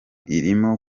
irimo